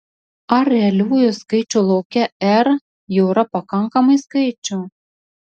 ar realiųjų skaičių lauke r jau yra pakankamai skaičių